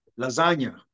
lasagna